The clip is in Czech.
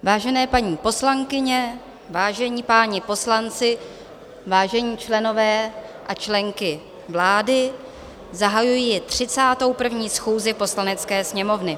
Vážené paní poslankyně, vážení páni poslanci, vážení členové a členky vlády, zahajuji 31. schůzi Poslanecké sněmovny.